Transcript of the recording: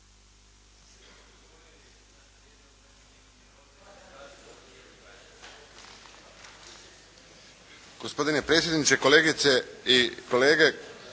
Gospodine predsjedniče, kolegice i kolege.